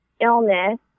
illness